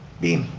beam,